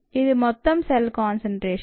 ఇది మొత్తం cell concentration